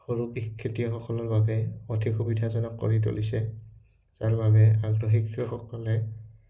সৰু খেতিয়কসকলৰ বাবে অধিক সুবিধাজনক কৰি তুলিছে যাৰ বাবে আগ্ৰহী কৃষকসকলে